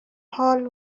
حال